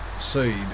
seed